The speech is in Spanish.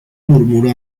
murmuró